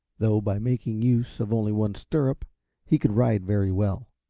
though by making use of only one stirrup he could ride very well.